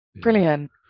Brilliant